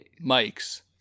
Mike's